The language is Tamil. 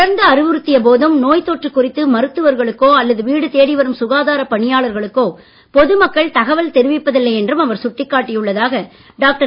தொடர்ந்து அறிவுறுத்திய போதும் நோய்த் தொற்று குறித்து மருத்துவர்களுக்கோ அல்லது வீடு தேடி வரும் சுகாதாரப் பணியாளர்களுக்கோ பொது மக்கள் தகவல் தெரிவிப்பதில்லை என்றும் அவர் சுட்டிக் காட்டியுள்ளதாக டாக்டர்